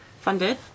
funded